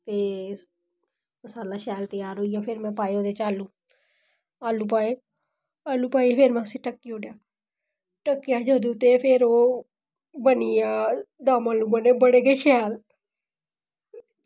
ते ओह् मसाला शैल त्यार होई गेआ फ्ही में ओह्दे च पाये आलू आलू पाये फ्ही उस्सी फिर ढक्की ओड़ेआ ढक्की ओड़े फिर ओह् दम आलू बने बड़े गै शैल